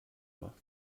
macht